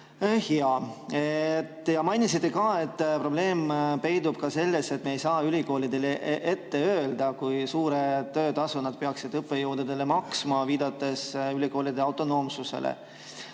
Te mainisite ka, et probleem peitub selles, et me ei saa ülikoolidele ette öelda, kui suurt töötasu nad peaksid õppejõududele maksma, viidates ülikoolide autonoomsusele.